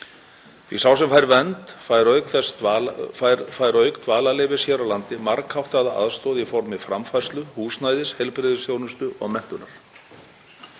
því sá sem fær vernd fær auk dvalarleyfis hér á landi margháttaða aðstoð í formi framfærslu, húsnæðis, heilbrigðisþjónustu og menntunar.